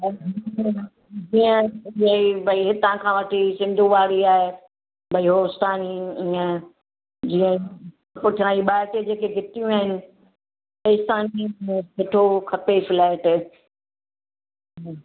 जीअं हीअं ई भई हितां खां वठी सिंधु वारीअ आहे भई होसि ताईं हीअं आहे जीअं पुठियां ई ॿ टे जेके घिटियूं आहिनि हेसि ताईं सुठो खपे फिलहालु फ़्लेट